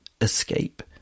escape